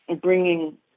bringing